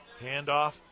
Handoff